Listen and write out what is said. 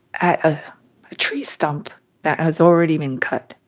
at a tree stump that has already been cut,